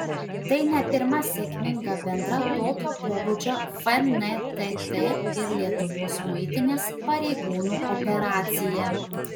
tai ne pirma sėkminga bendra tokio pobūdžio fntt ir lietuvos muitinės pareigūnų operacija